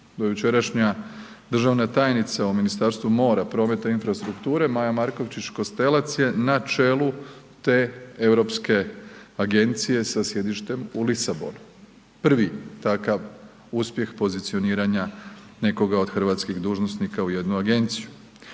do jučerašnja državna tajnica u Ministarstvu mora, prometa i infrastrukture Maja Markovčić Kostelac je na čelu te europske agencije sa sjedištem u Lisabonu. Prvi takav uspjeh pozicioniranja nekoga od hrvatskih dužnosnika u jednu agenciju.